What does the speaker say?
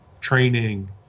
training